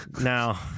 Now